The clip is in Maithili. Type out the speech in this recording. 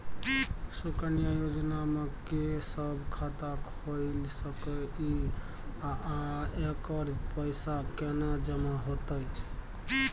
सुकन्या योजना म के सब खाता खोइल सके इ आ एकर पैसा केना जमा होतै?